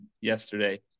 yesterday